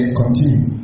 continue